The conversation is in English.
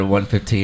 1:15